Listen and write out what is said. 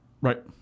Right